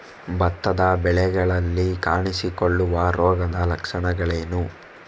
ಭತ್ತದ ಬೆಳೆಗಳಲ್ಲಿ ಕಾಣಿಸಿಕೊಳ್ಳುವ ರೋಗದ ಲಕ್ಷಣಗಳೇನು?